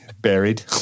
Buried